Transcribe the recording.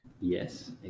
Yes